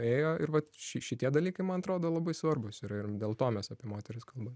ėjo ir va ši šitie dalykai man atrodo labai svarbūs yra ir dėl to mes apie moteris kalbam